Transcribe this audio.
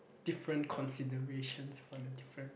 different considerations for the different